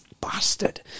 bastard